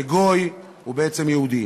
שגוי הוא בעצם יהודי.